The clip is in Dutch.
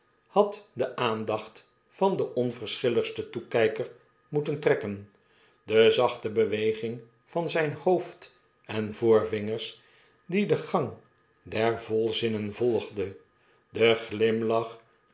had de aandacht van den onverschilligsten toekyker moeten trekken de zachte beweging van zyn hoofd en voorvingers die den gang der volzinnen volgde de glimlach